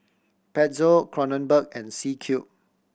Pezzo Kronenbourg and C Cube